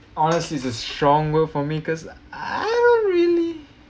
honestly it's a strong word for me cause I don't really